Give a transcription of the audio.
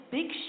Big